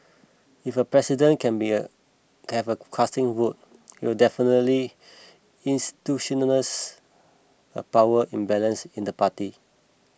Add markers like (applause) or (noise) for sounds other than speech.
if a president can be a (unintelligible) casting vote it'll definitely institutionalises a power imbalance in the party